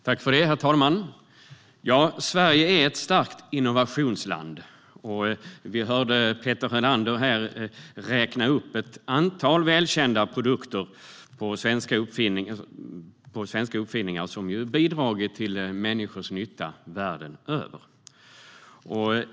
Herr talman! Ja, Sverige är ett starkt innovationsland. Vi hörde Peter Helander räkna upp ett antal välkända svenska produkter och uppfinningar som varit till nytta för människor världen över.